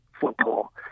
football